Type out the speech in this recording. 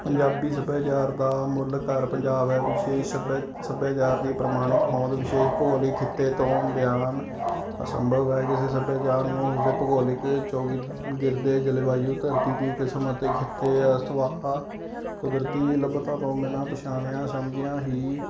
ਪੰਜਾਬੀ ਸੱਭਿਆਚਾਰ ਦਾ ਮੁੱਲ ਘਰ ਪੰਜਾਬ ਹੈ ਵਿਸ਼ੇਸ਼ ਸੱਭ ਸੱਭਿਆਚਾਰ ਦੀ ਪ੍ਰਮਾਣਿਕ ਹੋਂਦ ਵਿਸ਼ੇਸ਼ ਭੂ ਲਈ ਖਿੱਤੇ ਤੋਂ ਬਿਆਨ ਅਸੰਭਵ ਹੈ ਕਿਸੇ ਸੱਭਿਆਚਾਰ ਨੂੰ ਉਸਦੇ ਭੂਗੋਲਿਕ ਯੋਗ ਗਿਰਦੇ ਜਲਵਾਯੂ ਧਰਤੀ ਦੀ ਕਿਸਮ ਅਤੇ ਖਿੱਤੇ ਸੁਭਾਅ ਕੁਦਰਤੀ ਲੱਭਤਾ ਕੌਮਨ ਪਛਾਣਿਆ ਸਮਝਿਆ ਹੀ